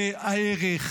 זה הערך.